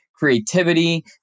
Creativity